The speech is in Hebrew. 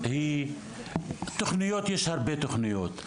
תוכנית, יש הרבה תוכניות.